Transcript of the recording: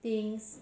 things